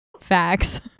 facts